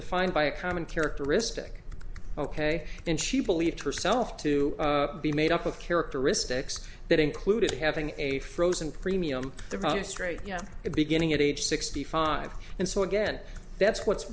defined by a common characteristic ok and she believed herself to be made up of characteristics that included having a frozen premium value straight at beginning at age sixty five and so again that's what's